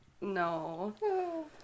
No